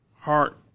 heart